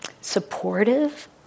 supportive